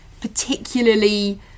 particularly